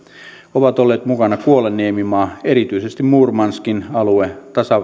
ovat olleet mukana kuolan niemimaa erityisesti murmanskin alue